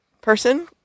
person